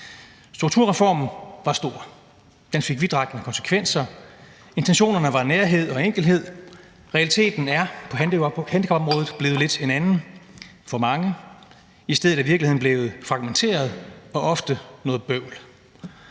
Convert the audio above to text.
Strukturreformen var stor. Den fik vidtrækkende konsekvenser. Intentionerne var nærhed og enkelhed. Realiteten er på handicapområdet blevet lidt en anden for mange. I stedet er virkeligheden blevet fragmenteret og ofte noget bøvl;